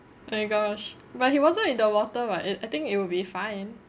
oh my gosh but he wasn't in the water what it I think it would be fine